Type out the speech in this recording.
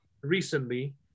recently